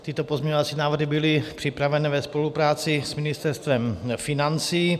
Tyto pozměňovací návrhy byly připraveny ve spolupráci s Ministerstvem financí.